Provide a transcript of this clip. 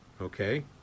Okay